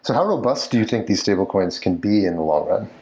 how robust do you think the stable coins can be in the long run?